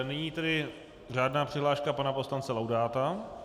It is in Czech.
Nyní tedy řádná přihláška pana poslance Laudáta.